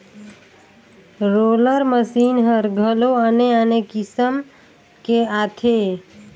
roller machine हर घलो आने आने किसम के आथे